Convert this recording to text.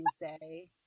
Wednesday